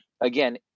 again